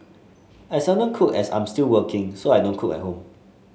I seldom cook as I'm still working so I don't cook at home